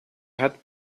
hat